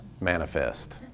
manifest